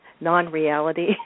non-reality